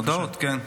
הודעות, כן.